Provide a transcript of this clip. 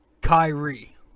Kyrie